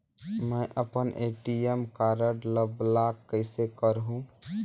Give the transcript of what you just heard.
मै अपन ATM card ल ब्लाक कइसे करहूं?